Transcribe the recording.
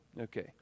Okay